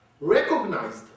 recognized